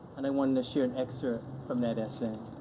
and i wanted to share an excerpt from that essay.